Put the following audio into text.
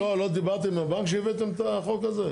אתם לא דיברתם עם הבנק כשהבאתם את החוק הזה?